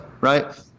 right